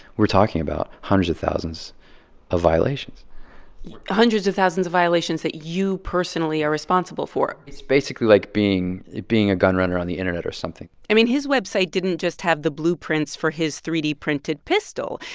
we're talking about hundreds of thousands of violations hundreds of thousands of violations that you personally are responsible for it's basically like being being a gunrunner on the internet or something i mean, his website didn't just have the blueprints for his three d printed pistol.